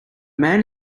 man